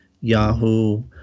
Yahoo